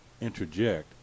interject